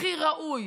הכי ראוי,